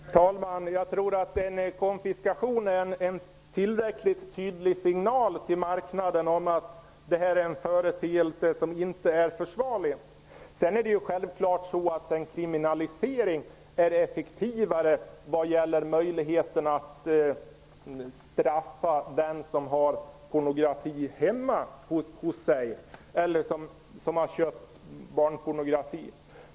Herr talman! Jag tror att en konfiskation är en tillräckligt tydlig signal till marknaden om att detta är en företeelse som inte är försvarlig. Självfallet är en kriminalisering effektivare vad gäller möjligheten att straffa den som har pornografi i sitt hem eller som har köpt barnpornografi.